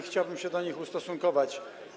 Chciałbym się do nich ustosunkować.